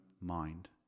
mind